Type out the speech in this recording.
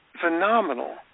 phenomenal